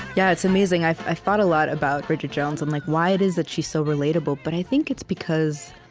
yeah, it's amazing. i've thought a lot about bridget jones and like why it is that she's so relatable, but i think it's because